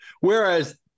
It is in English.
Whereas